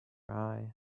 eye